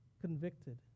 convicted